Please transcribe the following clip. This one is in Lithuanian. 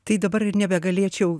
tai dabar ir nebegalėčiau